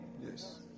Yes